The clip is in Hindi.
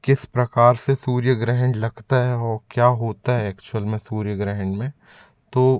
किस प्रकार से सूर्य ग्रहण लगता है और क्या होता है एक्चुअल में सूर्य ग्रहण में तो